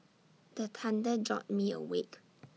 the thunder jolt me awake